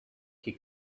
qui